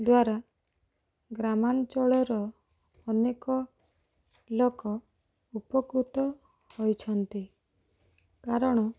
ଦ୍ୱାରା ଗ୍ରାମାଞ୍ଚଳର ଅନେକ ଲୋକ ଉପକୃତ ହୋଇଛନ୍ତି କାରଣ